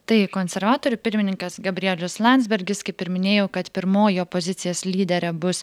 tai konservatorių pirmininkas gabrielius landsbergis kaip ir minėjau kad pirmoji opozicijos lyderė bus